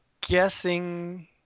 guessing